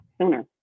sooner